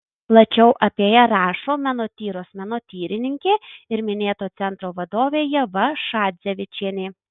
plačiau apie ją rašo menotyros menotyrininkė ir minėto centro vadovė ieva šadzevičienė